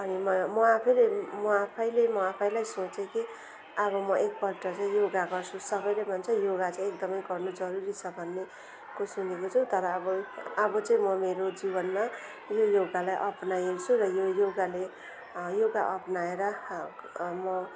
अनि म म आफैले म आफैले म आफैलाई सोचेँ कि अब म एकपल्ट चाहिँ योगा गर्छु सबैले भन्छ योगा चाहिँ एकदम गर्नु जरुरी छ भने को सुनेको छु तर अब अब चाहिँ म मेरो जीवनमा यो योगालाई अप्नाएको छु र यो योगाले योगा अप्नाएर म